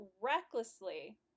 recklessly